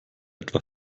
etwa